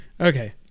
Okay